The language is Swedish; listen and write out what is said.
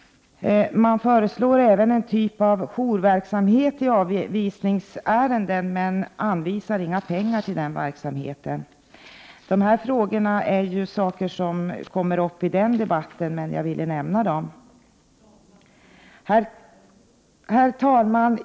Man föreslår även en typ av jourverksamhet i avvisningsärenden men anvisar inga pengar till denna verksamhet. Detta är frågor som kommer upp i en senare debatt, men jag ville ändå ta upp dem, eftersom det i betänkandet sägs att det i invandrarärenden är fråga om förbättringar. Herr talman!